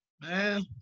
man